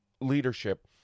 leadership